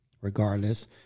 regardless